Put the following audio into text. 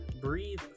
Breathe